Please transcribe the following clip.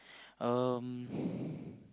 um